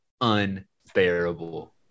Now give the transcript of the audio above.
unbearable